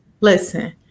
listen